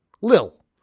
Lil